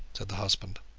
said the husband.